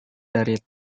dari